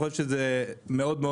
אני חושב שזה חשוב מאוד.